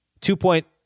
two-point